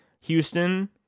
Houston